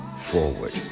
forward